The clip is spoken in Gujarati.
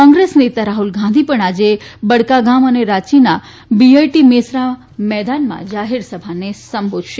કોંગ્રેસ નેતા રાહ્લ ગાંધી પણ આજે બડકાગામ અને રાંચીના બીઆઈટી મેસરા મેદાનમાં જાહેર સભા સંબોધશે